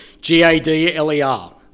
G-A-D-L-E-R